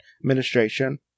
administration